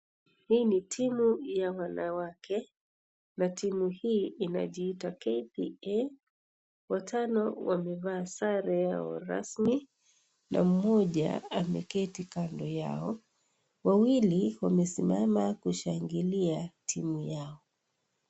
Hii ni Timu ya wanawake, na timu hii inajiita KPA , watano wamevaa sare Yao rasmi, na Mmoja ameketi kando Yao, wawili wamesimama kushangilia timu yao